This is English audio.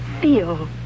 feel